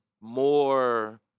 more